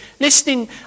listening